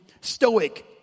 stoic